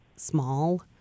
small